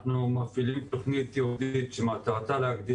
אנחנו מפעילים תוכנית ייעודית שמטרתה להגדיל